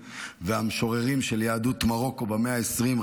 והמשוררים של יהדות מרוקו במאה ה-20,